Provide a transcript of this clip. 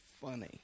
funny